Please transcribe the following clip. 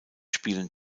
spielen